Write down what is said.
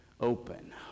open